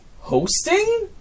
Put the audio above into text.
hosting